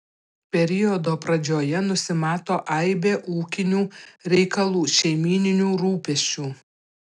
periodo pradžioje nusimato aibė ūkinių reikalų šeimyninių rūpesčių